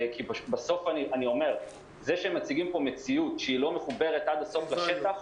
הם מציגים פה מציאות שלא מחוברת עד הסוף לשטח.